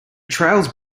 trials